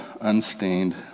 unstained